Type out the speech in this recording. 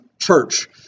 church